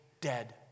dead